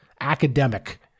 academic